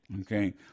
Okay